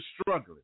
struggling